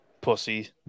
pussy